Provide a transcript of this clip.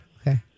Okay